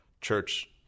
church